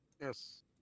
Yes